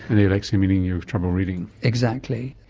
and alexia meaning you have trouble reading. exactly.